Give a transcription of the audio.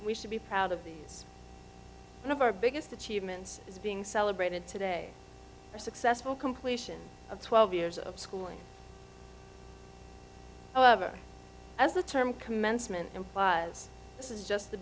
we should be proud of these one of our biggest achievements is being celebrated today a successful completion of twelve years of schooling as the term commencement implies this is just the